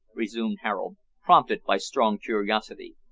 resumed harold, prompted by strong curiosity,